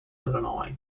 illinois